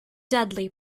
dudley